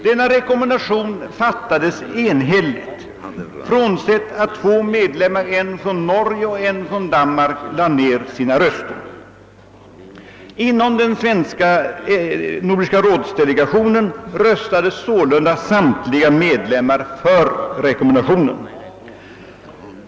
Denna rekommendation fattades enhälligt frånsett att två medlemmar — en från Norge och en från Danmark — avstod från att rösta. Inom den svenska delegationen vid Nordiska rådet röstade sålunda samtliga medlemmar för rekommendationen.